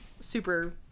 super